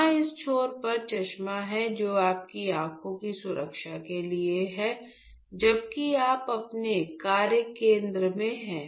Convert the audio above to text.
यहाँ इस छोर पर चश्मा हैं जो आपकी आँखों की सुरक्षा के लिए हैं जबकि आप अपने कार्य केंद्र में हैं